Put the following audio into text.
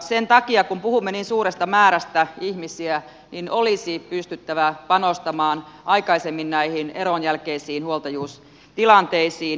sen takia kun puhumme niin suuresta määrästä ihmisiä olisi pystyttävä panostamaan aikaisemmin näihin eron jälkeisiin huoltajuustilanteisiin